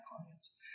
clients